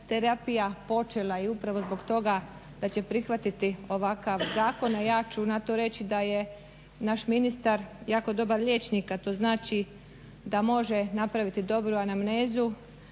terapija počela i upravo zbog toga da će prihvatiti ovakav zakon, a ja ću na to reći da je naš ministar jako dobar liječnik, a to znači da može napraviti dobru anamnezu,